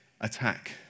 attack